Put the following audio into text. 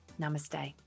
Namaste